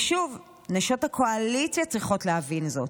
ושוב, נשות הקואליציה צריכות להבין זאת.